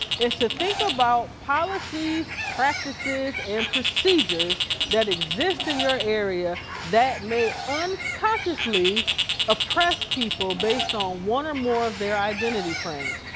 is to think about policies, practices and procedures that exist in your area that may unconsciously oppress people based on one or more of their identity frames.